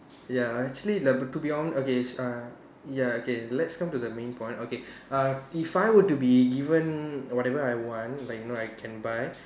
ya actually like b~ to be honest okay uh ya okay let's come to the main point okay uh if I were to be given whatever I want like you know I can buy